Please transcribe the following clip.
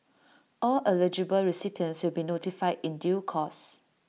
all eligible recipients will be notified in due course